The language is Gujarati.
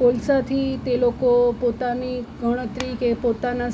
કોલસાથી તે લોકો પોતાની ગણતરી કે પોતાના